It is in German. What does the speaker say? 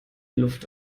luft